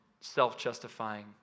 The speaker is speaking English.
self-justifying